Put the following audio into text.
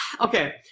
okay